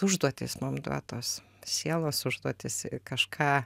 užduotys mum duotos sielos užduotys kažką